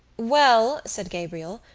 well, said gabriel,